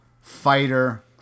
fighter